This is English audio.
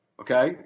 Okay